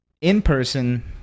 in-person